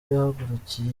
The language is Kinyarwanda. yahagurukiye